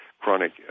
chronic